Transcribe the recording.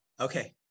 Okay